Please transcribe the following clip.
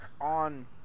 on